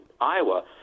Iowa